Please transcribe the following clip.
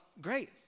great